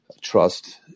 trust